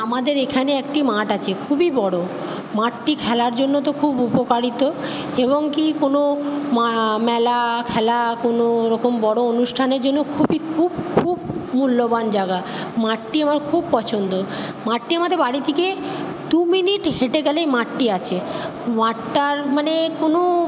আমাদের এখানে একটি মাঠ আছে খুবই বড়ো মাঠটি খেলার জন্য তো খুব উপকারিত এবং কী কোনো মা মেলা খেলা কোনো ওরকম বড়ো অনুষ্ঠানের জন্য খুবই খুব খুব মূল্যবান জায়গা মাঠটি আমার খুব পছন্দ মাঠটি আমাদের বাড়ি থেকে দু মিনিট হেঁটে গেলেই মাঠটি আছে মাঠটার মানে কোনো